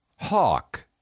Hawk